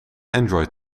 android